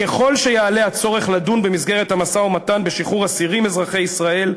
ככל שיעלה הצורך לדון במסגרת המשא-ומתן בשחרור אסירים אזרחי ישראל,